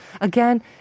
again